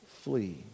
flee